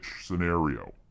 scenario